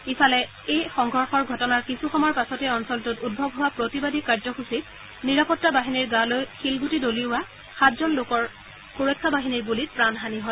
ইফালে এই সংঘৰ্ষৰ ঘটনাৰ কিছু সময় পাছতেই অঞ্চলটোত উদ্ভৱ হোৱা প্ৰতিবাদী কাৰ্যসূচীত নিৰাপত্তা বাহিনীৰ গালৈ শিলগুটি দলিওৱা সাতজন লোকৰ সুৰক্ষা বাহিনীৰ গুলীত প্ৰাণহানি হয়